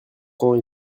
quand